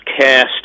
cast